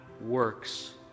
works